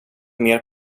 mer